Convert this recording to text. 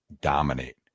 dominate